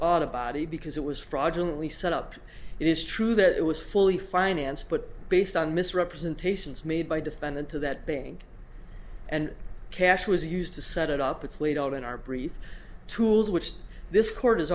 auto body because it was fraudulent we set up it is true that it was fully financed but based on misrepresentations made by defendant to that bank and cash was used to set it up it's laid out in our brief tools which this court